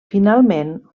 finalment